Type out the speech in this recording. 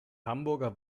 hamburger